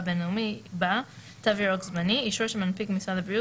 בין-לאומי" בא: "תו ירוק זמני" אישור שמנפיק משרד הבריאות